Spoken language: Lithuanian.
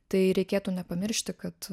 tai reikėtų nepamiršti kad